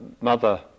mother